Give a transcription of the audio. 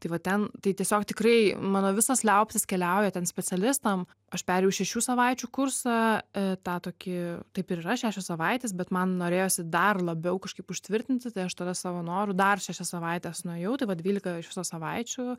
tai va ten tai tiesiog tikrai mano visos liaupsės keliauja ten specialistam aš perėjau šešių savaičių kursą ee tą tokį taip ir yra šešios savaitės bet man norėjosi dar labiau kažkaip užtvirtinti tai aš tada savo noru dar šešias savaites nuėjau tai vat dvylika iš viso savaičių